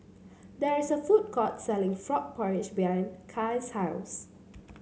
there is a food court selling Frog Porridge behind Kaia's house